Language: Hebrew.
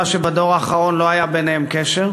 היא שבדור האחרון לא היה ביניהם קשר.